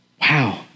Wow